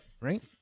Right